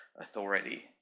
authority